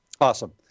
Awesome